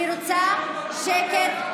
אני רוצה שקט.